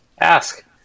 ask